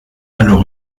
alors